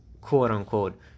quote-unquote